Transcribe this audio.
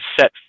set